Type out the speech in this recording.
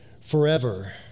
forever